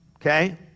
Okay